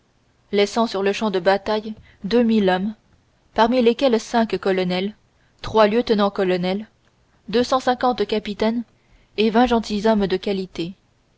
laissant sur le champ de bataille deux mille hommes parmi lesquels cinq colonels trois lieutenant colonels deux cent cinquante capitaines et vingt gentilshommes de qualité